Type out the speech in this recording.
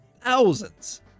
thousands